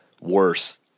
worse